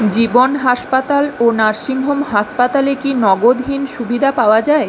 জীবন হাসপাতাল ও nursing home হাসপাতালে কি নগদহীন সুবিধা পাওয়া যায়